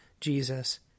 Jesus